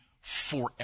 forever